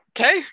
Okay